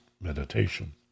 meditation